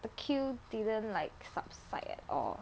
the queue didn't like subside at all